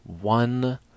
one